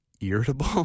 irritable